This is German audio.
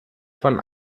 von